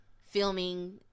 filming